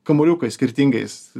kamuoliukais skirtingais